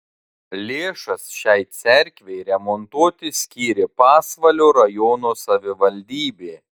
lėšas šiai cerkvei remontuoti skyrė pasvalio rajono savivaldybė